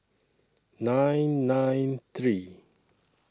nine nine three